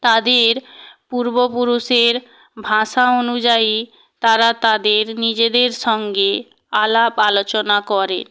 তাদের পূর্বপুরুষের ভাষা অনুযায়ী তারা তাদের নিজেদের সঙ্গে আলাপ আলোচনা করে